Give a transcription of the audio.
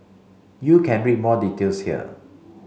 you can read more details here